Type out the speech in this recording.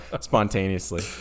spontaneously